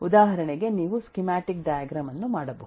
ಉದಾಹರಣೆಗೆ ನೀವು schematic diagram ಅನ್ನು ಮಾಡಬಹುದು